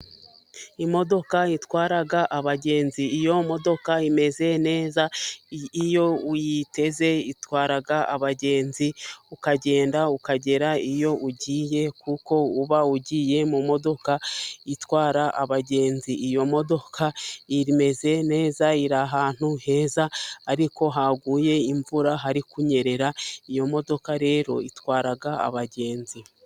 Imodoka itwara abagenzi, iyo modoka imeze neza, iyo uyiteze itwara abagenzi ukagenda ukagera iyo ugiye, kuko uba ugiye mu modoka itwara abagenzi, iyo modoka imeze neza, iri ahantu heza, ariko haguye imvura hari kunyerera, iyo modoka rero itwara abagenzi.